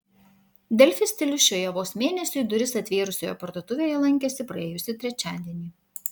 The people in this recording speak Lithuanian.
delfi stilius šioje vos mėnesiui duris atvėrusioje parduotuvėje lankėsi praėjusį trečiadienį